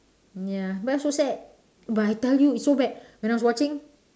ya but so sad but I tell you it's so bad when I was watching